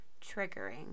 triggering